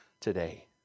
today